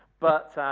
but